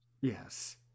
yes